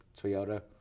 Toyota